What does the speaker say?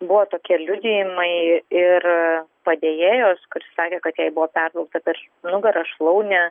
buvo tokie liudijimai ir padėjėjos kuri sakė kad jai buvo perbraukta per nugara šlaunį